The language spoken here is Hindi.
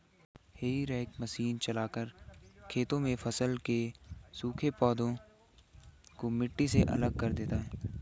हेई रेक मशीन चलाकर खेतों में फसल के सूखे पौधे को मिट्टी से अलग कर देते हैं